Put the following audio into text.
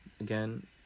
Again